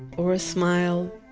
or a smile,